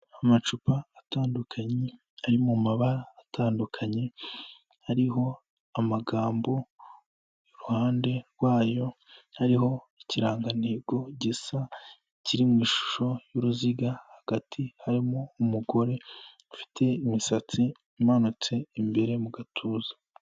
Amacupa atandukanye ari mu mabara atandukanye hariho amagambo kruhande rwayo hariho ikirangantego gisa kiri mu ishusho y'uruziga hagati harimo umugore ufite imisatsi imanutse imbere mu gatuza.